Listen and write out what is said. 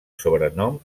sobrenom